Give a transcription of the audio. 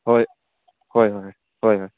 ꯍꯣꯏ ꯍꯣꯏ ꯍꯣꯏ ꯍꯣꯏ ꯍꯣꯏ ꯍꯣꯏ